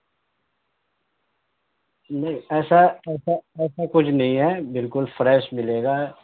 نہیں ایسا ایسا ایسا کچھ نہیں ہے بالکل فریش ملے گا